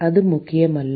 அது முக்கியமில்லை